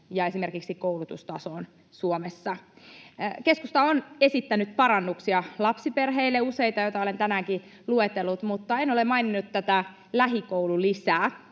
ja esimerkiksi koulutustasoon Suomessa. Keskusta on esittänyt parannuksia lapsiperheille — useita, joita olen tänäänkin luetellut, mutta en ole maininnut tätä lähikoululisää,